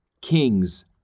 kings